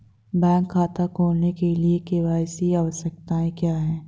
Bank खाता खोलने के लिए के.वाई.सी आवश्यकताएं क्या हैं?